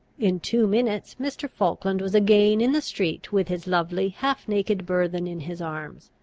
in two minutes mr. falkland was again in the street with his lovely, half-naked burthen in his arms.